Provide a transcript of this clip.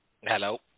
Hello